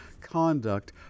conduct